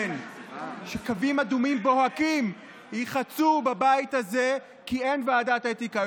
שקווים אדומים בוהקים ייחצו בבית הזה כי אין ועדת אתיקה.